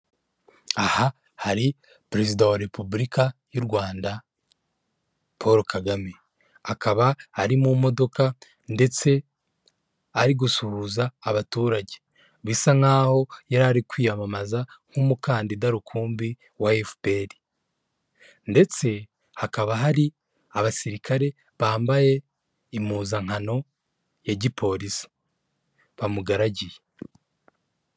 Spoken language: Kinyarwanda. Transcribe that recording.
Aha hari perezida wa repubulika y'u Rwanda Paul kagame akaba ari mu modoka ndetse ari gusuhuza abaturage, bisa nkaho yari ari kwiyamamaza nk'umukandida rukumbi wa efuperi, ndetse hakaba hari abasirikare bambaye impuzankano ya gipolisi bamugaragiye.